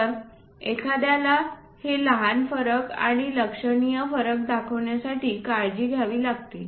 तर एखाद्याला हे लहान फरक आणि लक्षणीय फरक दाखविण्यासाठी काळजी घ्यावी लागेल